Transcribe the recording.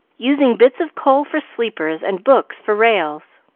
using bits of coal for sleepers and books for rails,